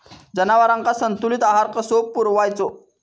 जनावरांका संतुलित आहार कसो पुरवायचो?